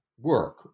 work